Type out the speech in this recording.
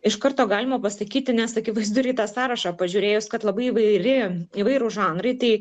iš karto galima pasakyti nes akivaizdu ir į tą sąrašą pažiūrėjus kad labai įvairi įvairūs žanrai tai